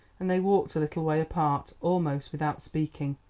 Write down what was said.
and they walked a little way apart, almost without speaking.